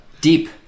deep